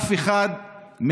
אף אחד מהאופוזיציה,